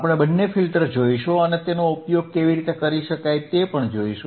આપણે બંને ફિલ્ટર્સ જોઈશું અને તેનો ઉપયોગ કેવી રીતે કરી શકાય તે જોઈશું